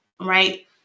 right